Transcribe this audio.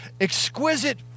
exquisite